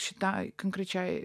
šitai konkrečiai